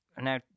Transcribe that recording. now